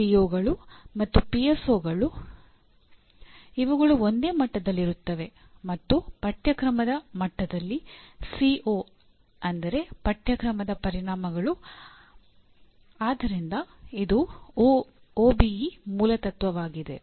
ಪಿಇಒಗಳು ಮೂಲತತ್ವವಾಗಿದೆ